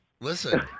Listen